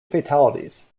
fatalities